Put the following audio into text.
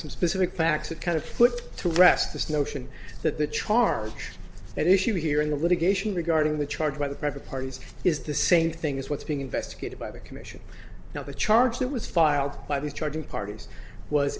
some specific facts that kind of put to rest this notion that the charge at issue here in the litigation regarding the charge by the private parties is the same thing as what's being investigated by the commission now the charge that was filed by the charging parties was